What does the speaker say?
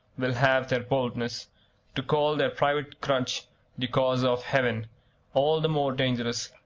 will have the boldness to call their private grudge the cause of heaven all the more dangerous,